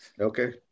Okay